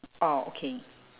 oh okay